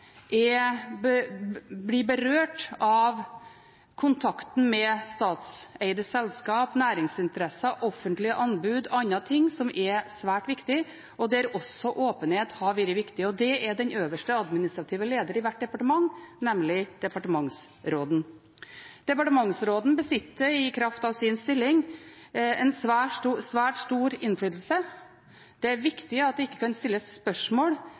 blir berørt av kontakten med statseide selskap, næringsinteresser, offentlige anbud og andre ting som er svært viktig, og der også åpenhet har vært viktig, og det er den øverste administrative leder i hvert departement, nemlig departementsråden. Departementsråden besitter, i kraft av sin stilling, svært stor innflytelse. Det er viktig at det ikke kan stilles spørsmål